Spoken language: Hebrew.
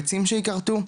עצים שיכרתו.